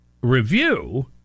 review